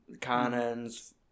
cannons